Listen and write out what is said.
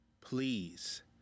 Please